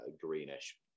greenish